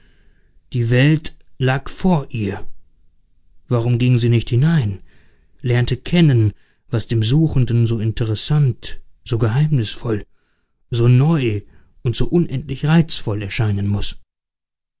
die welt lag vor ihr warum ging sie nicht hinein lernte kennen was dem suchenden so interessant so geheimnisvoll so neu und so unendlich reizvoll erscheinen muß